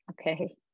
Okay